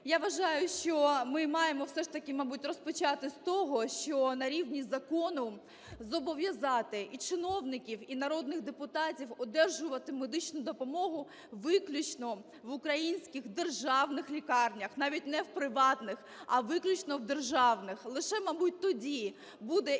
Я вважаю, що ми маємо все ж таки, мабуть, розпочати з того, що на рівні закону зобов'язати і чиновників, і народних депутатів одержувати медичну допомогу виключно в українських державних лікарнях, навіть не в приватних, а виключно в державних. Лише, мабуть, тоді буде і